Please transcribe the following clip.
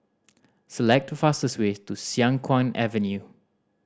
select the fastest way to Siang Kuang Avenue